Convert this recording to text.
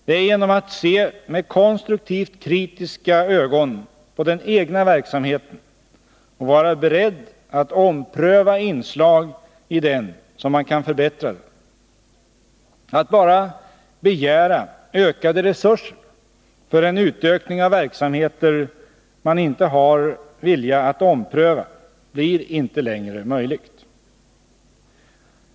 Det är genom att se med konstruktivt kritiska ögon på den egna verksamheten och genom att vara beredd att ompröva inslag i den som man kan förbättra verksamheten. Att bara begära ökade resurser för en utökning av verksamheter man inte har vilja att ompröva blir inte längre möjligt.